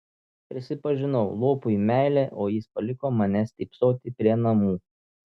prisipažinau lopui meilę o jis paliko mane stypsoti prie namų